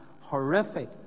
horrific